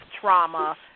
trauma